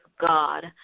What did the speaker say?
God